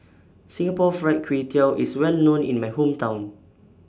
Singapore Fried Kway Tiao IS Well known in My Hometown